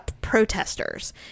protesters